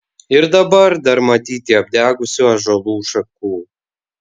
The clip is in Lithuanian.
ir dabar dar matyti apdegusių ąžuolų šakų